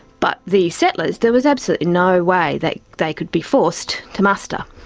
but the settlers, there was absolutely no way that they could be forced to muster.